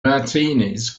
martinis